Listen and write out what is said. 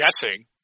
guessing